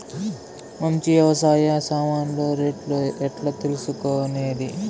మంచి వ్యవసాయ సామాన్లు రేట్లు ఎట్లా తెలుసుకునేది?